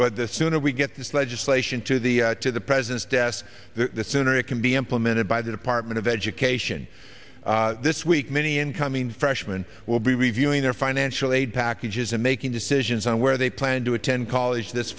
but the sooner we get this legislation to the to the president's desk the sooner it can be implemented by the department of education this week many incoming freshman will be reviewing their financial aid packages and making decisions on where they plan to attend college this